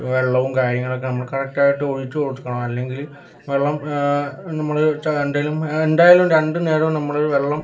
വെള്ളവും കാര്യങ്ങളൊക്കെ നമ്മള് കറക്ടായിട്ട് ഒഴിച്ച് കൊടുക്കണം അല്ലെങ്കിൽ വെള്ളം നമ്മള് ഒഴിച്ചാ എന്തായാലും എന്തായാലും രണ്ട് നേരവും നമ്മള് വെള്ളം